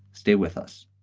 stay with us